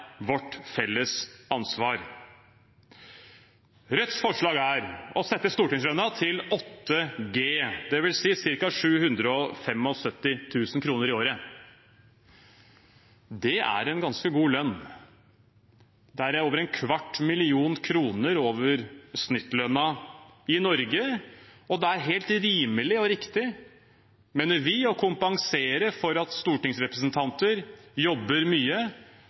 vårt felles ansvar. Rødts forslag er å sette stortingslønnen til 8 G, det vil si ca. 775 000 kr i året. Det er en ganske god lønn. Det er over en kvart million kroner over snittlønnen i Norge, og det er helt rimelig og riktig, mener vi, å kompensere for at stortingsrepresentanter jobber mye,